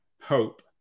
hope